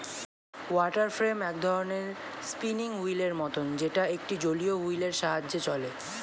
water frame এক ধরণের spinning wheel এর মতন যেটা একটা জলীয় হুইল এর সাহায্যে চলে